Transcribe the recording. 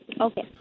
Okay